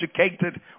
educated